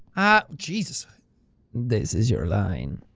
ah. jesus this is your line.